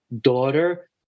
daughter